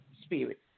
spirit